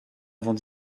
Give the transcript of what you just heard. avant